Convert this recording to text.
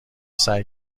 سعی